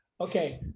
okay